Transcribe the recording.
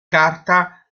carta